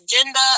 agenda